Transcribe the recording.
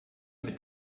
mit